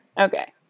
Okay